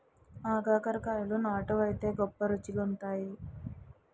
ఆగాకరకాయలు నాటు వైతే గొప్ప రుచిగుంతాయి